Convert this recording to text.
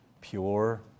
pure